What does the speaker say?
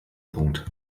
punkt